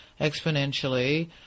exponentially